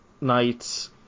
night's